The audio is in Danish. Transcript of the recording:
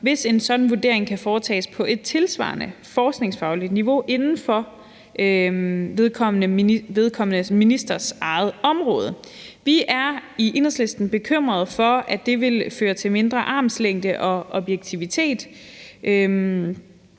hvis en sådan vurdering kan foretages på et tilsvarende forskningsfagligt niveau inden for den vedkommende ministers eget område. Vi er i Enhedslisten bekymret for, at det vil føre til mindre armslængde og objektivitet,